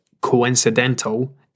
coincidental